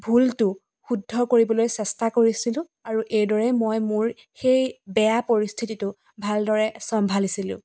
ভুলটো শুদ্ধ কৰিবলৈ চেষ্টা কৰিছিলোঁ আৰু এইদৰে মই মোৰ সেই বেয়া পৰিস্থিতিটো ভালদৰে চম্ভালিছিলোঁ